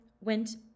went